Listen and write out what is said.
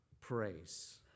praise